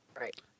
Right